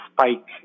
spike